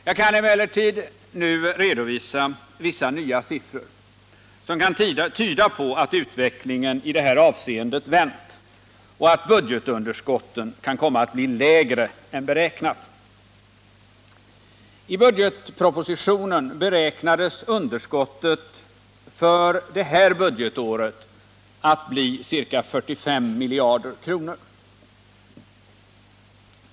Jag kan emellertid nu redovisa vissa nya siffror som kan tyda på att utvecklingen i det här avseendet vänt och att budgetunderskottet kan komma att bli lägre än beräknat. I budgetpropositionen beräknades underskottet för det här budgetåret bli ca 45 miljarder kronor.